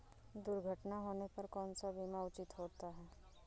दुर्घटना होने पर कौन सा बीमा उचित होता है?